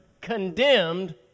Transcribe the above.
condemned